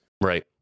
right